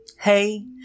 Hey